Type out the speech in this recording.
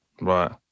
Right